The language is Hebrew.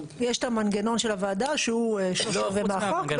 יש את המנגנון של הוועדה, שהוא שלושת רבעי מהחוק.